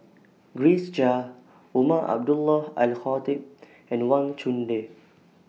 Grace Chia Umar Abdullah Al Khatib and Wang Chunde